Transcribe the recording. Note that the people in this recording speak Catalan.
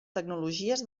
tecnologies